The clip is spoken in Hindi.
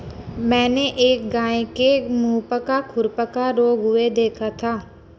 मैंने एक गाय के मुहपका खुरपका रोग हुए देखा था